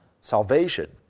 Salvation